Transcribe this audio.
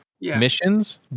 missions